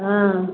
हाँ